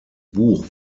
buch